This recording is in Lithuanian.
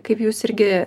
kaip jūs irgi